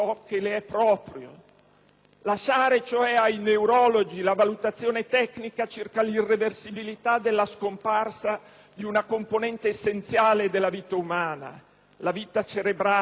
cioè, ai neurologi la valutazione tecnica circa l'irreversibilità della scomparsa di una componente essenziale della vita umana: l'attività cerebrale, la coscienza;